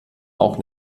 auch